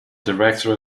director